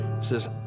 says